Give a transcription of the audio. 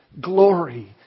glory